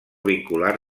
vincular